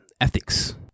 ethics